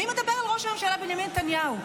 מי מדבר על ראש הממשלה בנימין נתניהו?